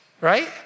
right